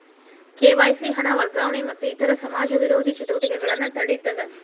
KYC ಹಣ ವರ್ಗಾವಣೆ ಮತ್ತ ಇತರ ಸಮಾಜ ವಿರೋಧಿ ಚಟುವಟಿಕೆಗಳನ್ನ ತಡೇತದ